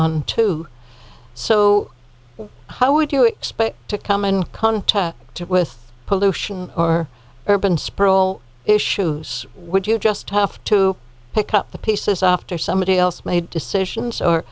on too so how would you expect to come in contact with pollution or urban sprawl issues would you just have to pick up the pieces after somebody else made decisions or